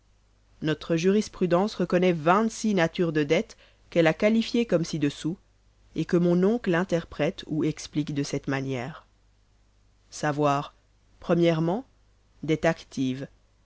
notre jurisprudence reconnaît vingt-six natures de dettes qu'elle a qualifiées comme ci-dessous et que mon oncle interprète ou explique de cette manière savoir o dette active